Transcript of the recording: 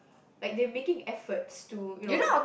like they making efforts to you know